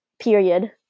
period